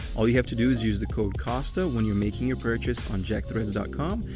all you have to do is use the code costa when you're making your purchase on jackthreads ah com,